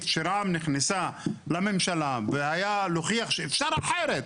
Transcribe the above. כשרע"מ נכנסה לממשלה להוכיח שאפשר אחרת,